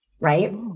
right